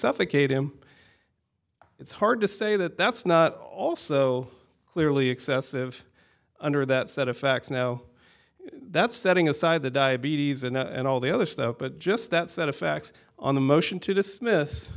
suffocate him it's hard to say that that's not also clearly excessive under that set of facts no that's setting aside the diabetes and all the other stuff but just that set of facts on the motion to dismiss